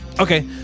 Okay